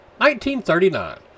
1939